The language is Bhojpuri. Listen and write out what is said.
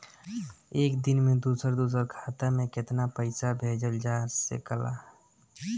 एक दिन में दूसर दूसर खाता में केतना पईसा भेजल जा सेकला?